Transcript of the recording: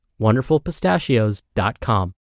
wonderfulpistachios.com